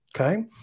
Okay